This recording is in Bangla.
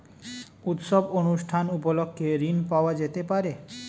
উৎসব অনুষ্ঠান উপলক্ষে ঋণ পাওয়া যেতে পারে?